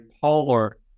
polar